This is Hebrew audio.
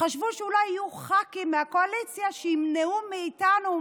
חשבו שאולי יהיו ח"כים מהקואליציה שימנעו מאיתנו,